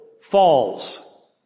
falls